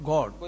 God